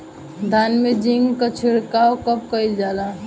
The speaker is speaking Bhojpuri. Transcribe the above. धान में जिंक क छिड़काव कब कइल जाला?